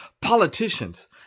Politicians